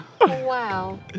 Wow